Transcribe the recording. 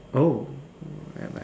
oh